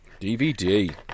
DVD